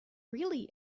really